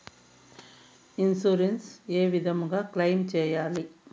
Insurance ఏ విధంగా claim సేయాలి?